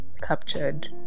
captured